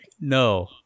No